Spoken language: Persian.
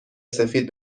سفید